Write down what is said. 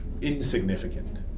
insignificant